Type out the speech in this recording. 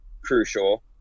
Crucial